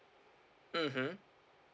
mmhmm